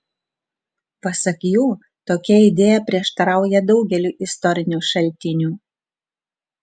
pasak jų tokia idėja prieštarauja daugeliui istorinių šaltinių